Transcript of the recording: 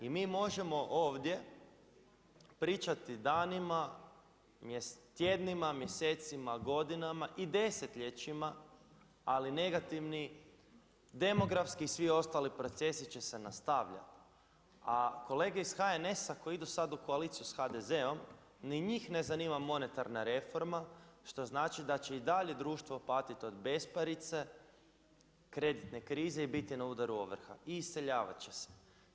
I mi možemo ovdje, pričati danima, tjednima, mjesecima, godinama i desetljećima, ali negativni demografski i svi ostali procesi će se nastaviti, a kolege iz HNS-a koji idu sad u koaliciju sa HDZ-om, ni njih ne zanima monetarna reforma, što znači da će i dalje društvo patiti od besparice, kreditne krize i biti na udaru ovrha i iseljavat će se.